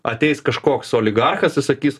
ateis kažkoks oligarchas ir sakys